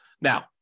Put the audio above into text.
Now